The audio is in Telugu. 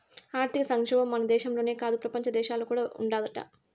ఆర్థిక సంక్షోబం మన దేశంలోనే కాదు, పెపంచ దేశాల్లో కూడా ఉండాదట